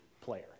player